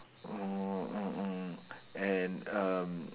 mm mm mm and um